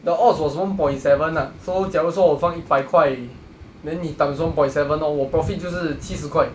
the odds was one point seven ah so 假如我放一百块 then 你 times one point seven orh 我 profit 就是七十块